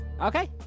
Okay